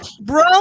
Bro